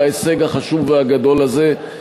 על ההישג החשוב והגדול הזה.